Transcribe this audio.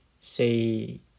say